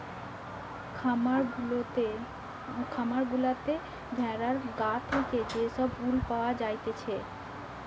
খামার গুলাতে ভেড়ার গা থেকে যে সব উল পাওয়া জাতিছে